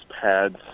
pads